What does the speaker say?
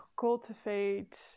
cultivate